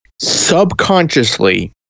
subconsciously